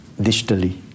digitally